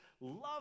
love